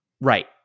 Right